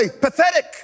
pathetic